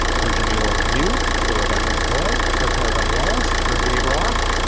for jamilah lemieux. for rebecca lavoy. for carvell lawlis. for gabe roth.